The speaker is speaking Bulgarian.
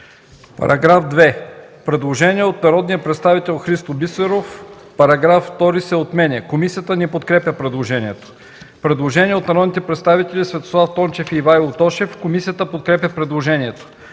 По § 3 има предложение от народния представител Христо Бисеров –§ 3 се отменя. Комисията не подкрепя предложението. Предложение от народните представители Светослав Тончев и Ивайло Тошев. Комисията подкрепя предложението.